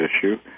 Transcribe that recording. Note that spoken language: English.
issue